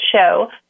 show